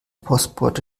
postbote